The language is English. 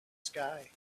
sky